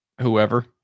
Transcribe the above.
whoever